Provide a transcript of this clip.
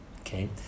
okay